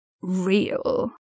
real